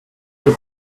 peux